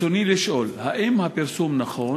רצוני לשאול: 1. האם הפרסום נכון?